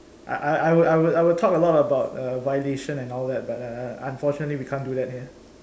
I I I would I would talk a lot about uh violation and all that but uh unfortunately we can't do that here